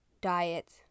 diets